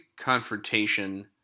confrontation